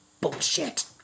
bullshit